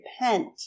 repent